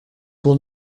will